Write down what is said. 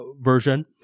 version